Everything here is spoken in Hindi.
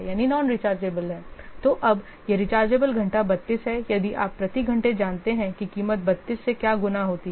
तो अब यह रिचार्जेबल घंटा 32 है यदि आप प्रति घंटे जानते हैं कि कीमत 32 से क्या गुणा होती है